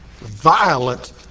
violent